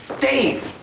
Dave